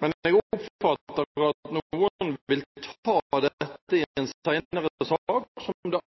men jeg oppfatter at noen vil ta dette i en senere sak, som det